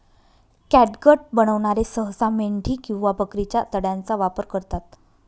catgut बनवणारे सहसा मेंढी किंवा बकरीच्या आतड्यांचा वापर करतात